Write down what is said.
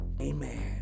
Amen